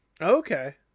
Okay